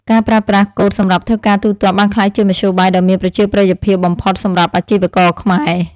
ការប្រើប្រាស់កូដសម្រាប់ធ្វើការទូទាត់បានក្លាយជាមធ្យោបាយដ៏មានប្រជាប្រិយភាពបំផុតសម្រាប់អាជីវករខ្មែរ។